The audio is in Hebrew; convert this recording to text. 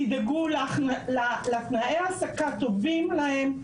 תדאגו לתנאי העסקה טובים להן,